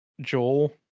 Joel